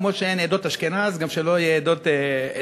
כמו שאין עדות אשכנז, שלא יהיה גם עדות המזרח.